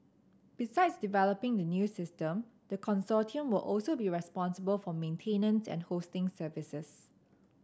besides developing the new system the consortium will also be responsible for maintenance and hosting services